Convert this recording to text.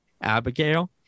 Abigail